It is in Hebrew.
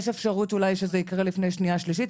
יש אפשרות אולי שזה יקרה לפני קריאה שנייה ושלישית,